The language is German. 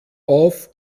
auf